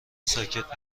ساکت